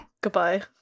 Goodbye